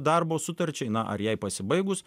darbo sutarčiai na ar jai pasibaigus